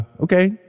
okay